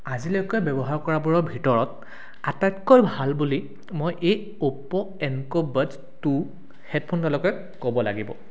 আজিলৈকে ব্যৱহাৰ কৰাবোৰৰ ভিতৰত আটাইতকৈ ভাল বুলি মই এই Oppo Enco buds two হেডফোনডালকে ক'ব লাগিব